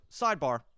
sidebar